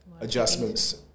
adjustments